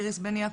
איריס בן יעקב,